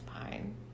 fine